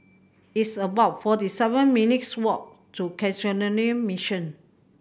it's about forty seven minutes' walk to Canossian Mission